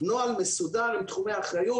נוהל מסודר עם תחומי אחריות.